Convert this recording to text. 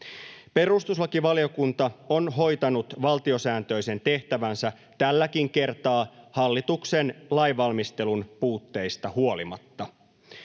Perustuslakivaliokunta on hoitanut valtiosääntöisen tehtävänsä tälläkin kertaa hallituksen lainvalmistelun puutteista huolimatta.